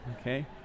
okay